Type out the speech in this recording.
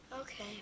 Okay